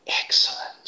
excellent